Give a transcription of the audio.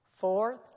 Fourth